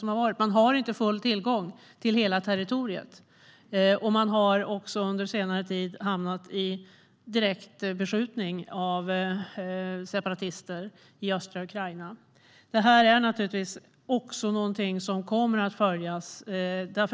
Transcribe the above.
OSSE har inte tillgång till hela territoriet och har under senare tid också hamnat i direkt beskjutning av separatister i östra Ukraina. Det här är något som naturligtvis också kommer att följas.